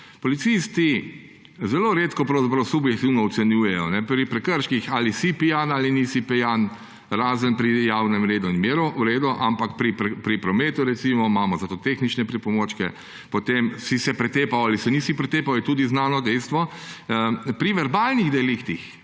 Policisti zelo redko pravzaprav subjektivno ocenjujejo. Pri prekrških, ali si pijan ali nisi pijan, razen pri javnem redu in miru, v redu; ampak pri prometu recimo imamo za to tehnične pripomočke. Potem, si se pretepal ali se nisi pretepal, je tudi znano dejstvo. Pri verbalnih deliktih,